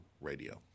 Radio